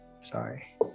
sorry